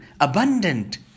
abundant